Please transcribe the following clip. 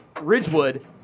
Ridgewood